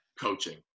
coaching